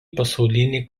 pasaulinį